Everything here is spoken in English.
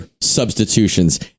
substitutions